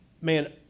Man